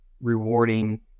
rewarding